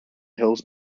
hills